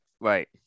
right